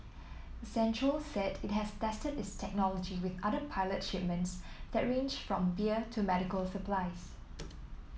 accenture said it has tested its technology with other pilot shipments that range from beer to medical supplies